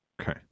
Okay